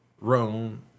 Rome